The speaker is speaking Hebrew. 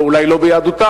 אולי לא ביהדותם,